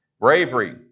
Bravery